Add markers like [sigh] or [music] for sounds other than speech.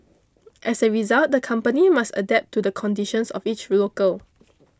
as a result the company must adapt to the conditions of each [unintelligible]